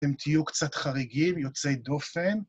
אתם תהיו קצת חריגים, יוצא דופן.